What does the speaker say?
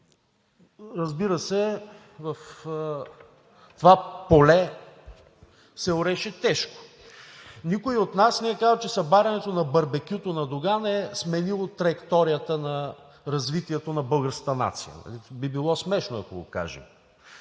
Разбира се, в това поле се ореше тежко. Никой от нас не е казал, че събарянето на барбекюто на Доган е сменило траекторията на развитието на българската нация. Нали? Би било смешно, ако го кажем!